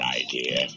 idea